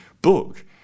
book